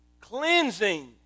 cleansing